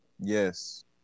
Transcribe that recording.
Yes